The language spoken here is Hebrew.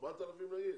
4,000 נגיד?